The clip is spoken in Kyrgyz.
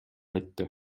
айтты